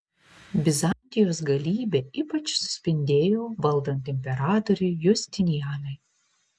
bizantijos galybė ypač suspindėjo valdant imperatoriui justinianui